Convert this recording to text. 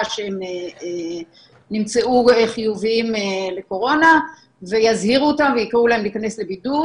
חשש שהם נמצאו חיוביים לקורונה ויזהירו אותם ויקראו להם להיכנס לבידוד.